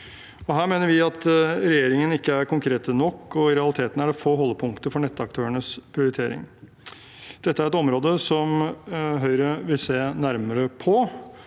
Her mener vi at regjeringen ikke er konkret nok, og i realiteten er det få holdepunkter for nettaktørenes prioritering. Dette er et område som Høyre vil se nærmere på,